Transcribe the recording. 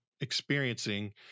experiencing